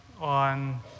on